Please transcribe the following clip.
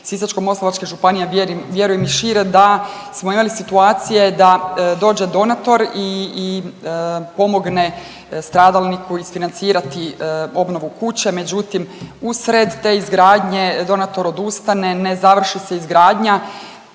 Sisačko-moslavačke županije, a vjerujem i šire da smo imali situacije da dođe donator i pomogne stradalniku isfinancirati obnovu kuće. Međutim, usred te izgradnje donator odustane, ne završi se izgradnja